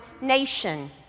nation